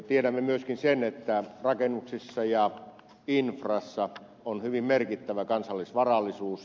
tiedämme myöskin sen että rakennuksissa ja infrassa on hyvin merkittävä kansallisvarallisuus